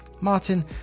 martin